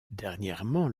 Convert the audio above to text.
dernièrement